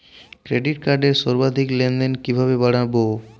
Credit কার্ডের সর্বাধিক লেনদেন কিভাবে বাড়াবো?